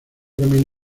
camino